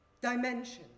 dimensions